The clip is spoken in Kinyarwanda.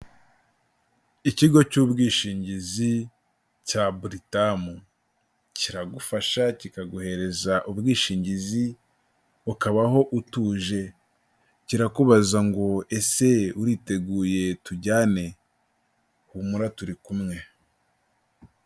Ikigo cy'ubwishingizi cya Britam, kiragufasha kikaguhereza ubwishingizi ukabaho utuje, kirakubaza ngo ''Ese uriteguye tujyane, humura turi kumwe.''